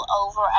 over